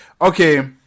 okay